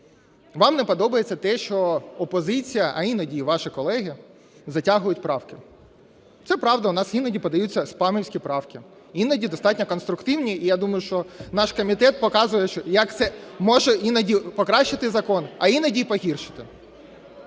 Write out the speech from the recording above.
Вам не подобається те, що опозиція, а іноді і ваші колеги затягують правки. Це правда, в нас іноді подаються спамівські правки, іноді достатньо конструктивні. І я думаю, що наш комітет показує, як це може іноді покращити закон, а іноді і погіршити.